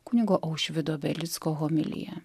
kunigo aušvydo belicko homilija